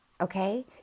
okay